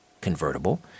convertible